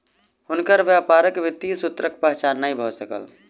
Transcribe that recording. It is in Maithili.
हुनकर व्यापारक वित्तीय सूत्रक पहचान नै भ सकल